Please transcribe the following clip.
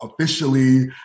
officially